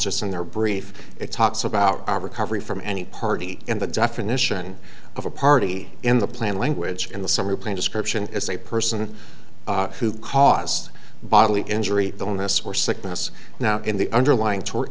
just in their brief it talks about recovery from any party in the definition of a party in the plan language in the summary plan description is a person who caused bodily injury illness or sickness now in the underlying tort